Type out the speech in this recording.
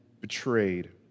betrayed